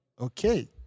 okay